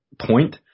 point